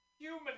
human